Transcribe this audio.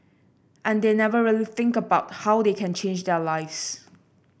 and they never really think about how they can change their lives